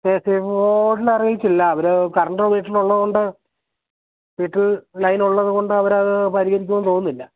electricity ബോർഡിനെ അറിയിച്ചില്ല അവർ കറണ്ട് വീട്ടിൽ ഉള്ളതുകൊണ്ട് വീട്ടിൽ ലൈനുള്ളത് കൊണ്ട് അവർ അത് പരിഹരിക്കുമെന്ന് തോന്നുന്നില്ല